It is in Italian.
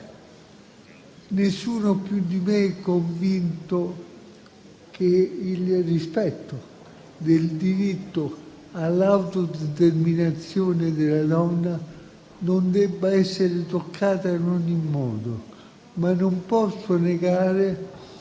Nessuno più di me è convinto che il rispetto del diritto all'autodeterminazione della donna non debba essere toccato in nessun modo; ma non posso negare